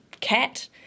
cat